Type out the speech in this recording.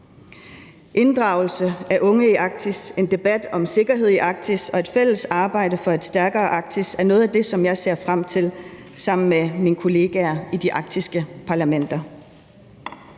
Inddragelse af unge i Arktis, en debat om sikkerhed i Arktis og et fælles arbejde for et stærkere Arktis er noget af det, som jeg ser frem til sammen med mine kollegaer i de arktiske parlamenter.